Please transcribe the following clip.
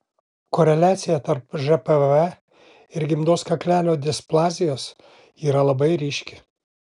koreliacija tarp žpv ir gimdos kaklelio displazijos yra labai ryški